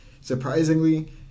surprisingly